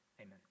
amen